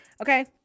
Okay